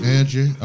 Angie